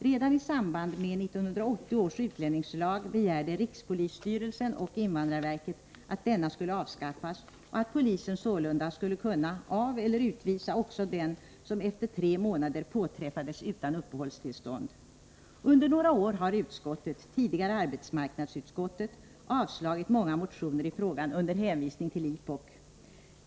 Redan i samband med införandet av 1980 års utlänningslag begärde rikspolisstyrelsen och invandrarverket att tremånadersgränsen skulle avskaffas och att polisen sålunda skulle kunna aveller utvisa också den som efter tre månader påträffades utan uppehållstillstånd. Under några år har det utskott som behandlat saken — tidigare arbetsmarknadsutskottet — avstyrkt många motioner i frågan under hänvisning till IPOK.